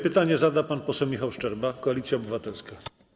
Pytanie zada pan poseł Michał Szczerba, Koalicja Obywatelska.